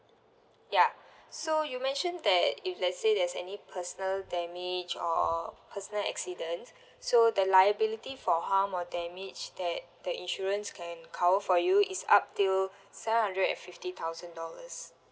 ya so you mentioned that if let's say there's any personal damage or personal accident so the liability for harm or damage that the insurance can cover for you is up till seven hundred and fifty thousand dollars